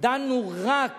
דנו רק